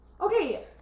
Okay